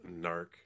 Narc